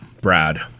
Brad